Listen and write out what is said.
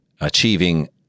achieving